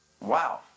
Wow